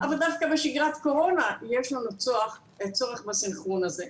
אבל דווקא בשגרת קורונה יש לנו צורך בסנכרון הזה.